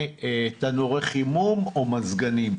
קונה תנורי חימום או מזגנים,